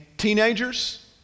Teenagers